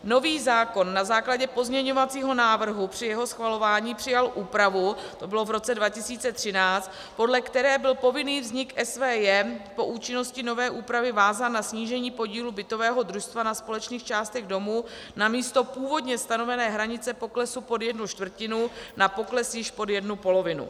Nový zákon na základě pozměňovacího návrhu při jeho schvalování přijal úpravu, to bylo v roce 2013, podle které byl povinný vznik SVJ po účinnosti nové úpravy vázán na snížení podílu bytového družstva na společných částech domu namísto původně stanovené hranice poklesu pod jednu čtvrtinu na pokles již pod jednu polovinu.